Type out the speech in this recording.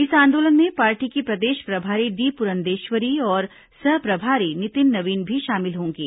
इस आंदोलन में पार्टी की प्रदेश प्रभारी डी पुरंदेश्वरी और सह प्रभारी नितिन नवीन भी शामिल होंगे